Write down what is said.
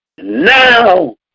now